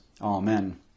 Amen